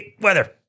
weather